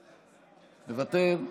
מוותר,